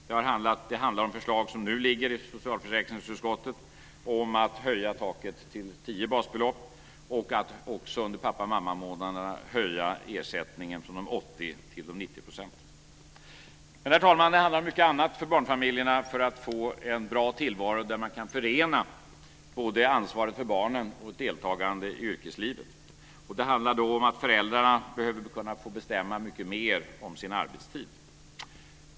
Det handlar om förslag som nu ligger i socialförsäkringsutskottet om att höja taket till tio basbelopp och att också under pappa och mammamånaderna höja ersättningen från 80 till Herr talman! Det handlar om mycket annat för barnfamiljerna för att få en bra tillvaro där man kan förena ansvaret för barnen och deltagandet i yrkeslivet. Det handlar om att föräldrarna behöver få bestämma mycket mer om sin arbetstid.